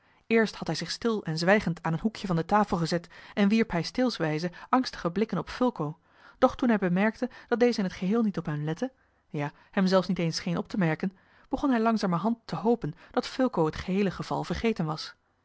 eerst had hij zich stil en zwijgend aan een hoekje van de tafel gezet en wierp hij steelswijze angstige blikken op fulco doch toen hij bemerkte dat deze in het geheel niet op hem lette ja hem zelfs niet eens scheen op te merken begon hij langzamerhand te hopen dat fulco het geheele geval vergeten was